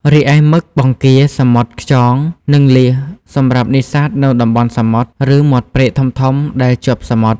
រីឯ មឹក បង្គា សមុទ្រខ្យង និងលៀស សម្រាប់នេសាទនៅតំបន់សមុទ្រ ឬមាត់ព្រែកធំៗដែលជាប់សមុទ្រ។